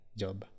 job